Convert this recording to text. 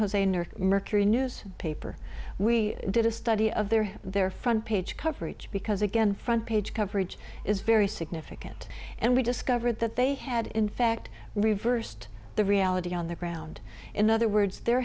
jose inner mercury news paper we did a study of their their front page coverage because again front page coverage is very significant and we discovered that they had in fact reversed the reality on the ground in other words the